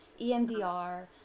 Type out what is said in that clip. EMDR